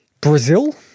Brazil